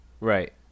Right